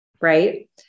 right